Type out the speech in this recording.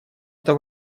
это